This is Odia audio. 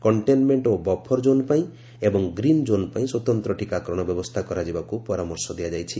କଷ୍ଟେନମେଣ୍ଟ ଓ ବଫର ଜୋନ୍ ପାଇଁ ଏବଂ ଗ୍ରୀନ୍ ଜୋନ୍ ପାଇଁ ସ୍ୱତନ୍ତ୍ର ଟ୍ୟକାକରଣ ବ୍ୟବସ୍ଥା କରାଯିବାକୁ ପରାମର୍ଶ ଦିଆଯାଇଛି